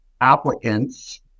applicants